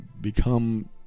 become